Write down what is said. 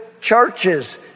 churches